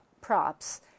props